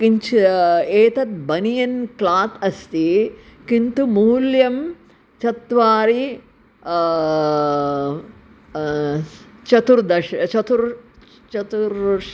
किञ्च एतद् बनियन् क्लात् अस्ति किन्तु मूल्यं चत्वारि चतुर्दश चतुर् चतुर् श्